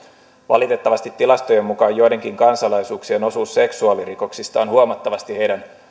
valitettavasti tilastojen mukaan joidenkin kansalaisuuksien osuus seksuaalirikoksista on huomattavasti niiden